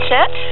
Set